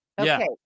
Okay